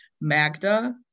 Magda